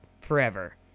forever